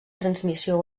transmissió